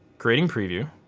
creating preview.